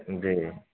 جی